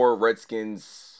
Redskins